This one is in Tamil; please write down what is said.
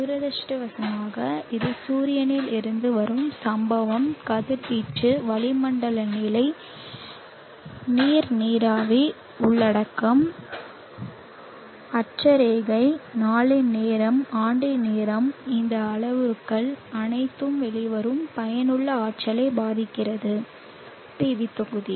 துரதிர்ஷ்டவசமாக இது சூரியனில் இருந்து வரும் சம்பவம் கதிர்வீச்சு வளிமண்டல நிலை நீர் நீராவி உள்ளடக்கம் அட்சரேகை நாளின் நேரம் ஆண்டின் நேரம் இந்த அளவுருக்கள் அனைத்தும் வெளிவரும் பயனுள்ள ஆற்றலை பாதிக்கிறது PV தொகுதி